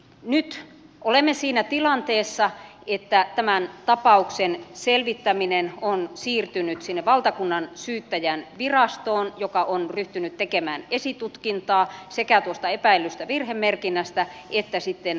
mutta nyt olemme siinä tilanteessa että tämän tapauksen selvittäminen on siirtynyt sinne valtakunnansyyttäjänvirastoon joka on ryhtynyt tekemään esitutkintaa sekä tuosta epäillystä virhemerkinnästä että sitten vuodosta